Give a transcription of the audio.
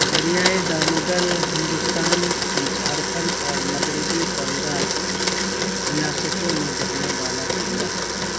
دریائے دامودر ہندوستان کی جھارکھنڈ اور مغربی بنگال ریاستوں میں بہنے والا دریا ہے